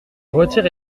retire